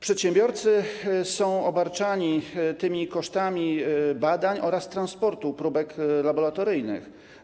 Przedsiębiorcy są obarczani tymi kosztami badań oraz transportu próbek laboratoryjnych.